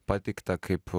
pateikta kaip